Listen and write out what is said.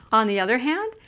on the other hand,